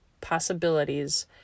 possibilities